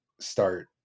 start